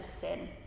sin